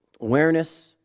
Awareness